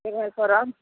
खबरि करब